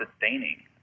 sustaining